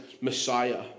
Messiah